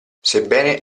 sebbene